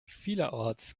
vielerorts